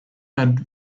had